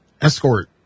escort